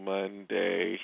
Monday